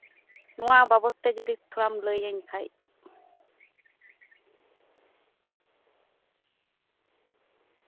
ᱱᱚᱣᱟ ᱵᱟᱵᱚᱫ ᱛᱮ ᱛᱷᱚᱲᱟᱢ ᱞᱟᱹᱭᱟᱹᱧ ᱠᱷᱟᱡ